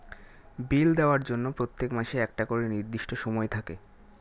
বিল দেওয়ার জন্য প্রত্যেক মাসে একটা করে নির্দিষ্ট সময় থাকে